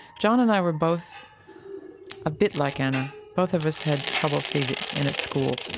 john and i were both a bit like anna, both of us had trouble fitting in at school,